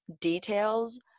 details